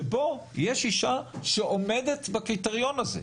שבו יש אשה שעומדת בקריטריון הזה.